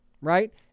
right